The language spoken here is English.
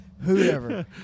Whoever